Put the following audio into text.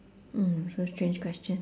mm so strange question